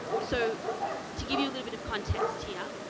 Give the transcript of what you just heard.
so to give you a little bit of context here,